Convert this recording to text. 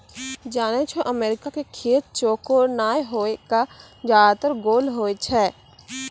जानै छौ अमेरिका के खेत चौकोर नाय होय कॅ ज्यादातर गोल होय छै